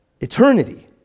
eternity